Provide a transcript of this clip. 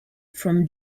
from